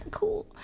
cool